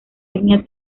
etnia